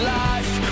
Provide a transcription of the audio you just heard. life